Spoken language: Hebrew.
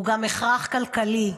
הוא גם הכרח כלכלי.